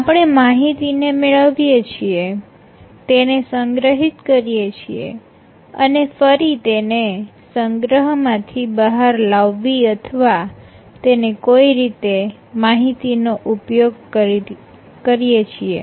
આપણે માહિતી ને મેળવીએ છીએ તેને સંગ્રહિત કરીએ છીએ ફરી તેને સંગ્રહ માંથી બહાર લાવવી અથવા તેને કોઈ રીતે તે માહિતીનો ઉપયોગ કરી છીએ